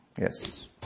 Yes